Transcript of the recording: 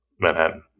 Manhattan